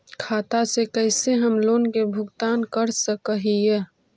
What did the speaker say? खाता से कैसे हम लोन के भुगतान कर सक हिय?